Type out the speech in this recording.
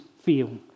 feel